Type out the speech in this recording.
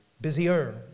busier